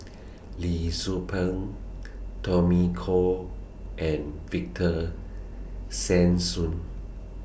Lee Tzu Pheng Tommy Koh and Victor Sassoon